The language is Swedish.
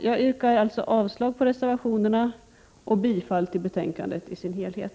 Jag yrkar avslag på reservationerna och bifall till utskottets hemställan i dess helhet.